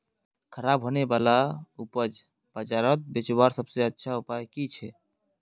ख़राब होने वाला उपज बजारोत बेचावार सबसे अच्छा उपाय कि छे?